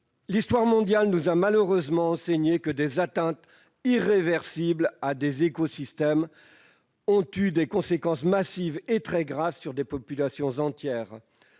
L'histoire mondiale nous a malheureusement enseigné que des atteintes irréversibles à des écosystèmes ont eu des conséquences massives et très graves sur des populations entières,